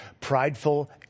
prideful